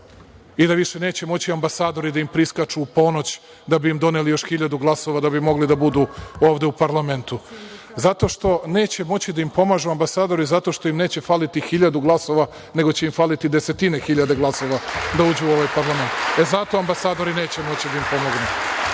i da više neće moći ambasadori da im priskaču u ponoć da bi im doneli još hiljadu glasova da bi mogli da budu ovde u parlamentu, zato što neće moći da im pomažu ambasadori, zato što im neće faliti hiljadu glasova, nego će im faliti desetine hiljada glasova da uđu u ovaj parlament, zato ambasadori neće moći da im